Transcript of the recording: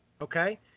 okay